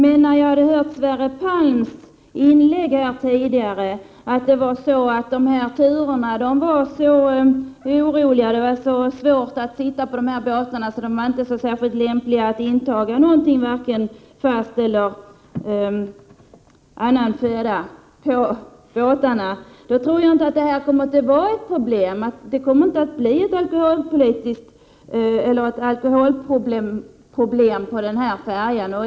Efter att ha hört Sverre Palms inlägg tidigare, om att dessa turer var så oroliga och att det var så svårt att sitta på båtarna att det inte var lämpligt att där inta någon förtäring vare sig i fast eller i annan form, tror jag inte att det kommer att bli något alkoholproblem på denna färja.